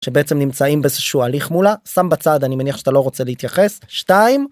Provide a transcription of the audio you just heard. שבעצם נמצאים באיזשהו הליך מולה, שם בצד, אני מניח שאתה לא רוצה להתייחס. שתיים...